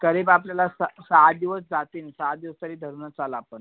करीब आपल्याला स सहा आठ दिवस जातील सहा दिवस तरी धरूनच चला आपण